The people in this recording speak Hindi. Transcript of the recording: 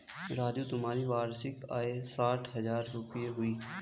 राजू तुम्हारी वार्षिक आय साठ हज़ार रूपय हुई